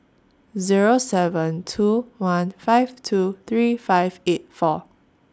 Zero seven two one five two three five eight four